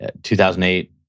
2008